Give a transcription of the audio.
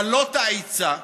דלות ההיצע,